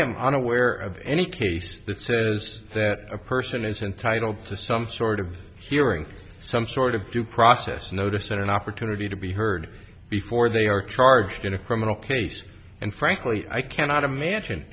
am unaware of any case that says that a person is entitled to some sort of hearing some sort of due process notice that an opportunity to be heard before they are charged in a criminal case and frankly i cannot imagine